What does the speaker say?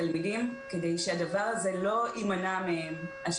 מכיתות יסודי ועד תיכון כדי לא למנוע מילדים